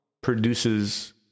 produces